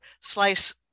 slice